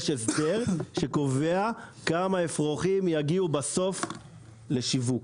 יש הסדר שקובע כמה אפרוחים יגיעו בסוף לשיווק.